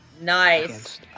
Nice